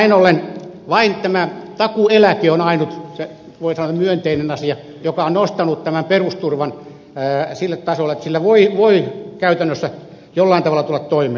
näin ollen vain tämä takuueläke on ainut voi sanoa myönteinen asia joka on nostanut tämän perusturvan sille tasolle että sillä voi käytännössä jollain tavalla tulla toimeen